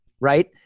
right